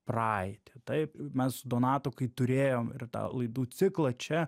praeitį taip mes su donatu kai turėjom ir tą laidų ciklą čia